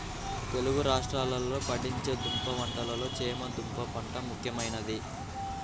తెలుగు రాష్ట్రాలలో పండించే దుంప పంటలలో చేమ దుంప పంట ముఖ్యమైనది